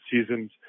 seasons